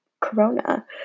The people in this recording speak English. corona